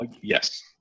Yes